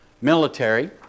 military